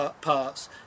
parts